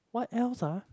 what else ah